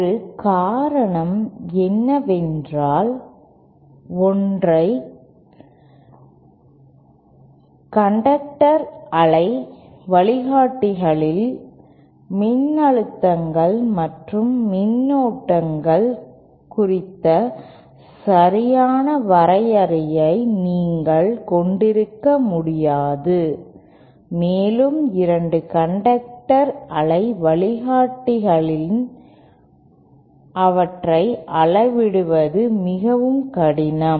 ஒரு காரணம் என்னவென்றால் ஒற்றை கண்டெக்டர் அலை வழிகாட்டிகளில் மின்னழுத்தங்கள் மற்றும் மின்னோட்டங்கள் குறித்த சரியான வரையறையை நீங்கள் கொண்டிருக்க முடியாது மேலும் இரண்டு கண்டெக்டர் அலை வழிகாட்டிகளில் அவற்றை அளவிடுவது மிகவும் கடினம்